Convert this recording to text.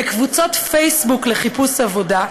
בקבוצות פייסבוק לחיפוש עבודה,